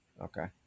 Okay